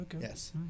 Yes